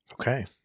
Okay